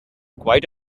quite